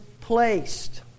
placed